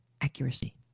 accuracy